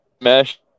mesh